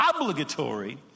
obligatory